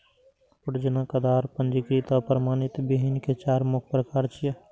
प्रजनक, आधार, पंजीकृत आ प्रमाणित बीहनि के चार मुख्य प्रकार छियै